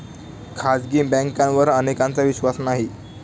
खाजगी बँकांवर अनेकांचा विश्वास नाही